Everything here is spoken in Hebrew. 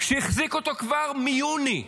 שהחזיק אותו כבר מיוני,